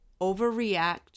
overreact